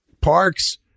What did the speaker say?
Parks